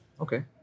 Okay